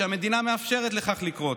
שהמדינה מאפשרת לכך לקרות.